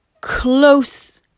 close